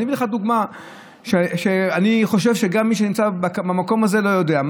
אני אתן לך דוגמה שאני חושב שגם מי שנמצא במקום הזה לא יודע.